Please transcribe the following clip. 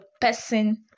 person